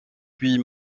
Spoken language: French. puis